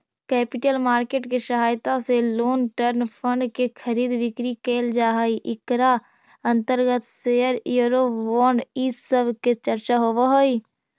capital market के सहायता से लोंग टर्म फंड के खरीद बिक्री कैल जा हई इकरा अंतर्गत शेयर यूरो बोंड इ सब के चर्चा होवऽ हई